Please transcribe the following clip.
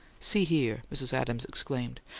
see here! mrs. adams exclaimed.